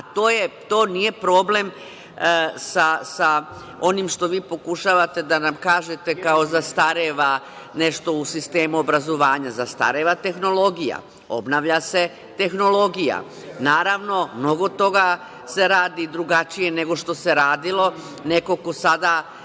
to nije problem sa onim što vi pokušavate da nam kažete, kao zastareva nešto u sistemu obrazovanja. Zastareva tehnologija, obnavlja se tehnologija. Naravno, mnogo toga se radi drugačije, nego što se radilo. Neko ko sada